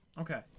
Okay